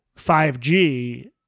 5G